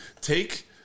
take